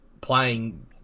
playing